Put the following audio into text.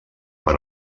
per